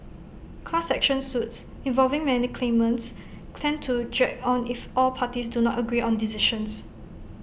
class action suits involving many claimants tend to drag on if all parties do not agree on decisions